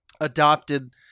adopted